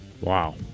Wow